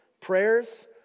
prayers